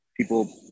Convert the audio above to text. people